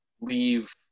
leave